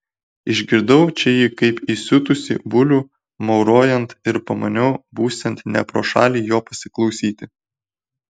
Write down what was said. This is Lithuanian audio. išgirdau čia jį kaip įsiutusį bulių maurojant ir pamaniau būsiant ne pro šalį jo pasiklausyti